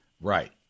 Right